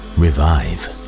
revive